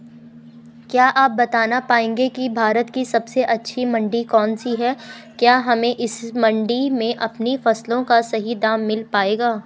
क्या आप बताना पाएंगे कि भारत की सबसे अच्छी मंडी कौन सी है क्या हमें इस मंडी में अपनी फसलों का सही दाम मिल पायेगा?